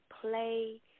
play